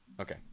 Okay